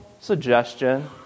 suggestion